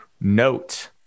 note